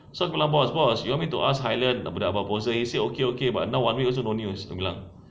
so aku bilang boss boss you want me to ask highland about the proposal is okay okay but now one week also no news aku bilang